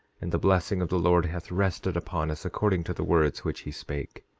and the blessing of the lord hath rested upon us according to the words which he spake.